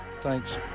Thanks